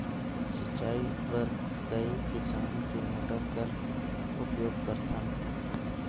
सिंचाई बर कई किसम के मोटर कर उपयोग करथन?